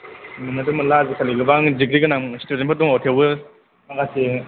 मोननायाथ' मोनला आजिकालि गोबां डिग्री गोनां स्टुडेन्टफोर दङ थेवबो माखासे